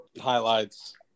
highlights